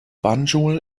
banjul